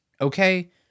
okay